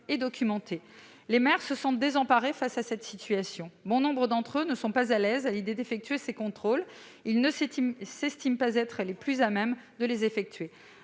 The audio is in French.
et documentée ? Les maires se sentent désemparés face à cette situation. Bon nombre d'entre eux ne sont pas à l'aise à l'idée d'effectuer ces contrôles. Ils ne s'estiment pas les plus à même pour le faire.